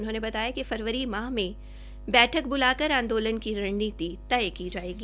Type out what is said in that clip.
उन्होंने बताया कि फरवरी माह मे बैठक बुलाकर आंदोलन की रणनीति तय की जायेगी